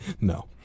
No